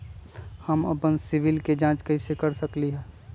हम अपन सिबिल के जाँच कइसे कर सकली ह?